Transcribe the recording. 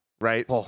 Right